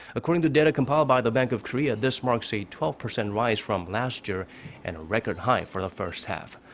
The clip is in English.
according to data compiled by the bank of korea, this marks a twelve percent rise from last year and a record high for the first half.